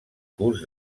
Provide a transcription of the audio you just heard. curs